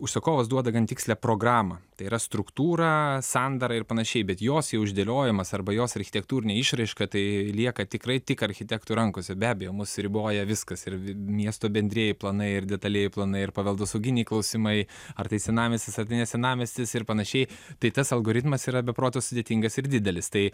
užsakovas duoda gan tikslią programą tai yra struktūrą sandarą ir panašiai bet jos jau išdėliojamas arba jos architektūrinė išraiška tai lieka tikrai tik architektų rankose be abejo mus riboja viskas ir miesto bendrieji planai ir detalieji planai ir paveldosauginiai klausimai ar tai senamiestis ar tai ne senamiestis ir panašiai tai tas algoritmas yra be proto sudėtingas ir didelis tai